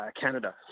Canada